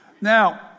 Now